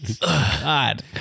God